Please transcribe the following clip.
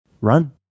run